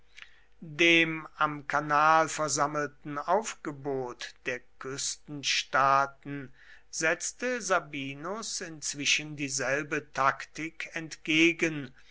dem am kanal versammelten aufgebot der küstenstaaten setzte sabinus inzwischen dieselbe taktik entgegen